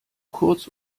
kurz